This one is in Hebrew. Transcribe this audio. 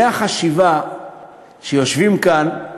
מהחשיבה שיושבים כאן,